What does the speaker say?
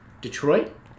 Detroit